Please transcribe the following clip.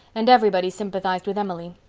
and everybody sympathized with emily.